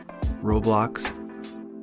Roblox